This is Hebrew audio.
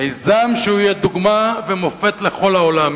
מיזם שהוא יהיה דוגמה ומופת לכל העולם,